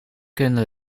kunnen